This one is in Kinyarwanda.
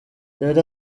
yari